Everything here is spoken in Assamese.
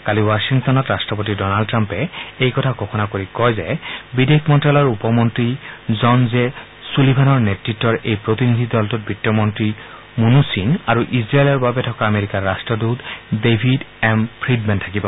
কালি ৱাশ্বিংটনত ৰাষ্ট্ৰপতি ডনাল্ড ট্ৰাম্পে এই কথা ঘোষণা কৰি কয় যে বিদেশ মন্ত্ৰ্যালয়ৰ উপ মন্ত্ৰী জন জে ছুলিভানৰ নেত়ত্বৰ এই প্ৰতিনিধি দলটোত বিত্ত মন্ত্ৰী মুনুছিন আৰু ইজৰাইলৰ বাবে থকা আমেৰিকাৰ ৰাষ্ট্ৰদৃত ডেভিড এম ফ্ৰীডমেন থাকিব